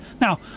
Now